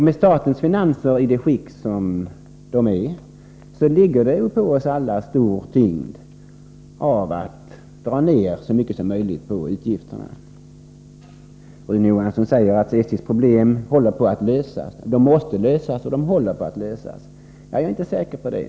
Med statens finanser i det skick som de är i ligger det ju på oss alla med stor tyngd att dra ner så mycket som möjligt på utgifterna. Rune Johansson säger att SJ:s problem måste lösas och håller på att lösas. Jag är inte säker på det.